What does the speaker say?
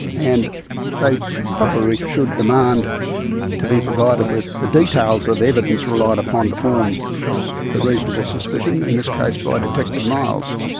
and they probably should demand to be provided with the details of evidence relied upon to form the reasonable suspicion, in this case by detective miles.